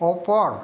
ওপৰ